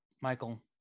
michael